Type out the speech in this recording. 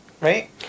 Right